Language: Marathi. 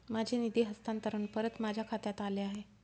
माझे निधी हस्तांतरण परत माझ्या खात्यात आले आहे